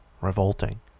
Revolting